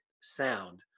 sound